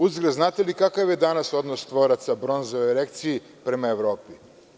Uzgred, znate li kakav je danas odnos tvoraca bronze u erekciji prema Evropi?